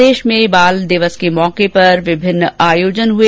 प्रदेश में बाल दिवस के मौके पर विभिन्न आयोजन हुए